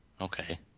Okay